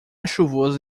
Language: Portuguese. chuvoso